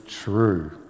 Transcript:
true